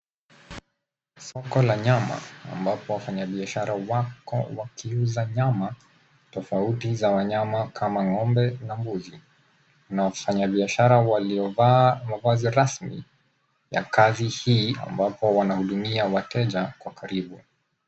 Soko la nyama ambapo wafanya biashara wako wakiuza nyama tofauti za wanyama kama ng'ombe na mbuzi na wafanya biashara waliova mavazi rasmi ya kazi hii ambapo wanawahudumia wateja kwa karibu.